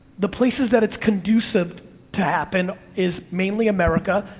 the places that it's conducive to happen is mainly america,